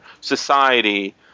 society